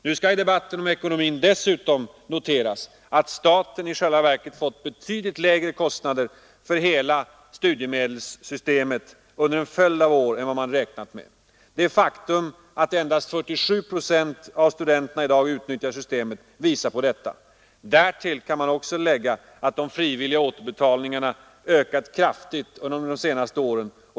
Nu skall i debatten om ekonomin dessutom noteras att staten i själva verket fått betydligt lägre kostnader för hela studiemedelssystemet under en följd av år än vad man räknat med. Det faktum att endast 47 procent av studenterna i dag utnyttjar systemet visar på detta. Därtill kan man lägga att de frivilliga återbetalningarna ökat kraftigt under de senaste åren.